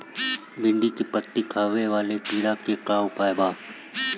भिन्डी में पत्ति खाये वाले किड़ा के का उपाय बा?